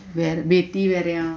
वेर बेती वेऱ्यां